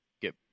get